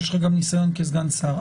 ויש לך גם ניסיון כסגן שר,